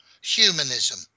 humanism